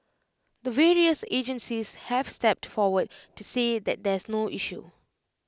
the various agencies have stepped forward to say that there's no issue